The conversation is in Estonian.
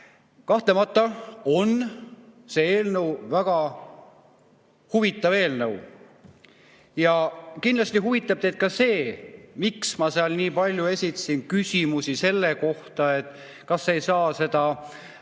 Kahtlemata on see väga huvitav eelnõu. Kindlasti huvitab teid ka see, miks ma nii palju esitasin küsimusi selle kohta, kas ei saa teisi